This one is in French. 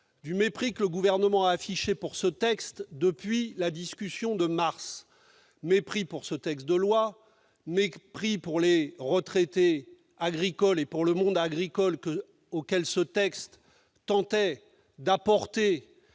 du mépris que le Gouvernement a affiché pour ce texte depuis la discussion de mars dernier : mépris pour ce texte de loi, mépris pour les retraités agricoles et pour le monde agricole auquel ce texte tentait d'apporter